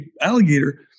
alligator